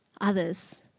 others